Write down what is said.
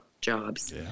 jobs